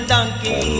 Donkey